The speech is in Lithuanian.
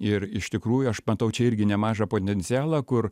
ir iš tikrųjų aš matau čia irgi nemažą potencialą kur